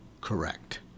Correct